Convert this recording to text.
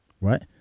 Right